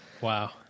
Wow